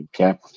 okay